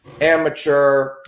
amateur